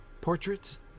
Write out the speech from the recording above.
portraits